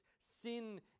sin